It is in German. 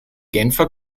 genfer